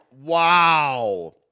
Wow